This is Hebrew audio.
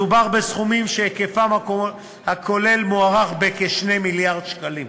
מדובר בסכומים שהיקפם הכולל מוערך ב-2 מיליארד שקלים,